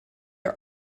are